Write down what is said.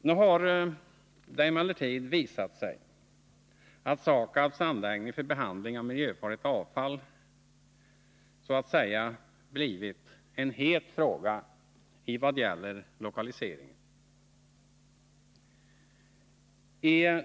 Nu har det emellertid visat sig att SAKAB:s anläggning för behandling av miljöfarligt avfall så att säga blivit en het fråga i vad det gäller lokaliseringen.